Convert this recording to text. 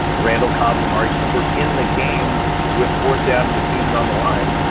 randall cobb, and amari cooper in the game with fourth down in the season on the line.